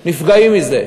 נפגעים מזה.